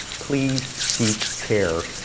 please seek care.